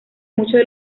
muchos